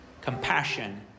compassion